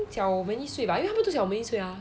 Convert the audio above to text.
小我们一岁吧他们都小我们一岁啊